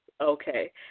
Okay